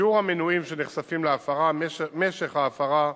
שיעור המנויים שנחשפים להפרה, משך ההפרה,